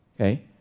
okay